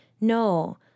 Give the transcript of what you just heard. no